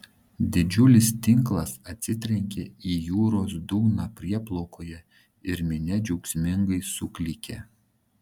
didžiulis tinklas atsitrenkia į jūros dugną prieplaukoje ir minia džiaugsmingai suklykia